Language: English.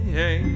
hey